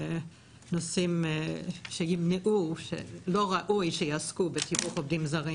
נושאים שלא ראוי שיעסקו בתיווך עובדים זרים.